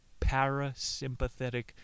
parasympathetic